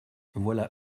voilà